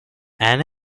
ann